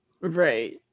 right